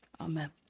Amen